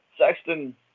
Sexton